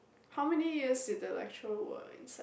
how many years did the lecturer work inside